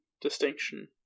distinction